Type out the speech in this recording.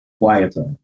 quieter